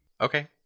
Okay